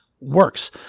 works